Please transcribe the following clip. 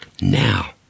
Now